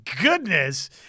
goodness